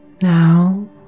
Now